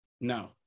No